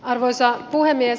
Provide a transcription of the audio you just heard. arvoisa puhemies